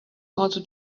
also